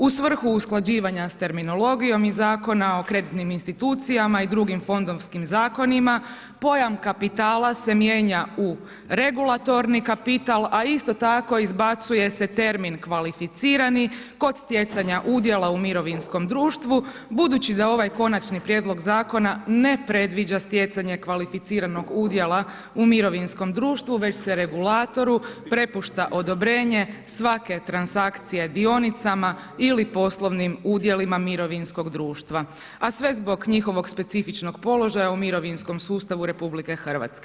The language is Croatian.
U svrhu usklađivanja s terminologijom iz Zakona o kreditnim institucijama i drugim fondovskim zakonima, pojam kapitala se mijenja u regulatorni kapital a isto tako izbacuje se termin kvalificirani kod stjecanja udjela u mirovinskom društvu budući da ovaj konačni prijedlog zakona ne predviđa stjecanje kvalificiranog udjela u mirovinskom društvu već se regulatoru prepušta odobrenje svake transakcije dionicama ili poslovnim udjelima mirovinskog društva a sve zbog njihovog specifičnog položaja u mirovinskom sustavu RH.